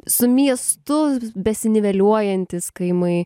su miestu besiniveliuojantys kaimai